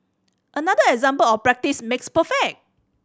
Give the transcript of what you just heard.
another example of practice makes perfect